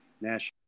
national